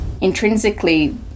intrinsically